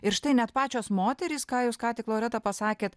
ir štai net pačios moterys ką jūs ką tik loreta pasakėt